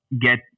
get